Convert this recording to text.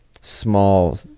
small